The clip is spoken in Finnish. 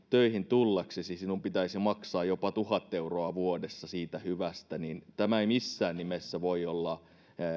töihin tullaksesi sinun pitäisi maksaa jopa tuhat euroa vuodessa siitä hyvästä tämä ei missään nimessä voi olla